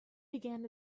began